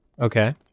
Okay